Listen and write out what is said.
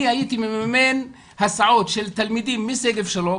אני הייתי מממן הסעות של תלמידים משגב שלום,